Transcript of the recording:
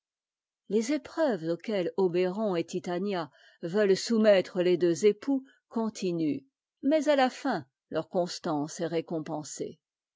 les épreuves auxquelles obéron et titania veulent soumettre les deux époux continuent mais à la fin leur constance est récompensée